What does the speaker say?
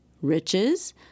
Riches